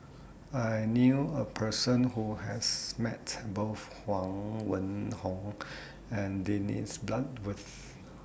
I knew A Person Who has Met Both Huang Wenhong and Dennis Bloodworth